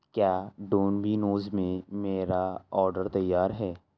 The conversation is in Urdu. کیا ڈومینوز میں میرا آڈر تیار ہے